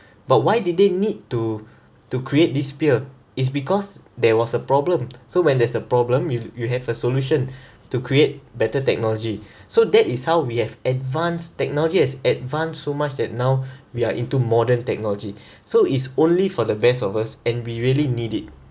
but why did they need to to create this spear is because there was a problem so when there's a problem you you have a solution to create better technology so that is how we have advanced technology has advanced so much that now we are into modern technology so it's only for the best of us and we really need it